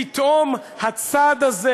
פתאום הצד הזה